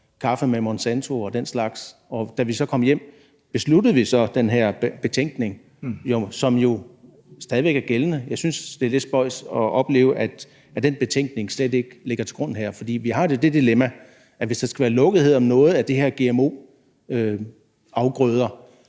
kaffe med Monsanto og den slags. Da vi så kom hjem, besluttede vi så at skrive den her betænkning, som jo stadig væk er gældende. Jeg synes, det er lidt spøjst at opleve, at den betænkning slet ikke ligger til grund her. For vi har det dilemma, at hvis der skal være lukkethed om noget af det her om gmo-afgrøder